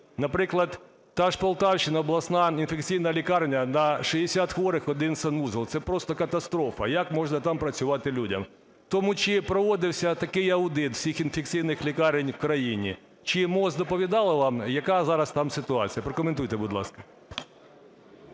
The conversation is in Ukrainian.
Наприклад, та ж Полтавщина, обласна інфекційна лікарня: на 60 хворих один санвузол. Це просто катастрофа! Як можна там працювати людям? Тому, чи проводився такий аудит всіх інфекційних лікарень у країні, чи МОЗ доповідало вам, яка зараз там ситуація? Прокоментуйте, будь ласка.